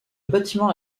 bâtiment